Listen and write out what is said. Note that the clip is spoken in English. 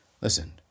listen